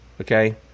okay